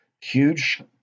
huge